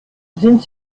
sind